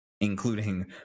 including